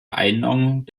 einordnung